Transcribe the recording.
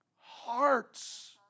hearts